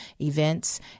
events